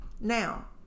Now